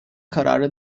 kararı